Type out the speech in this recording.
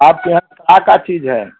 आपके यहाँ क्या क्या चीज़ है